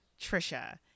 Trisha